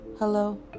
Hello